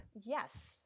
Yes